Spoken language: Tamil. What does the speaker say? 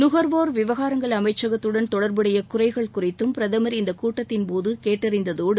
நுகர்வோர் விவகாரங்கள் அமைச்சகத்தடன் தொடர்புடைய குறைகள் குறித்தம் பிரதமர் இந்த கூட்டத்தின்போது கேட்டறிந்ததோடு